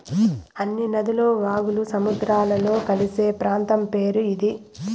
అన్ని నదులు వాగులు సముద్రంలో కలిసే ప్రాంతం పేరు ఇది